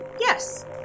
Yes